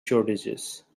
shortages